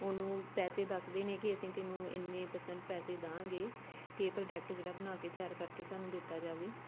ਉਹਨੂੰ ਪੈਸੇ ਦੱਸਦੇ ਨੇ ਕਿ ਅਸੀਂ ਤੈਨੂੰ ਇੰਨੇ ਪਰਸੈਂਟ ਪੈਸੇ ਦੇਵਾਂਗੇ ਅਤੇ ਪ੍ਰੋਡਕਟ ਜਿਹੜਾ ਬਣਾ ਕੇ ਤਿਆਰ ਕਰਕੇ ਸਾਨੂੰ ਦਿੱਤਾ ਜਾਵੇ